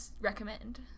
recommend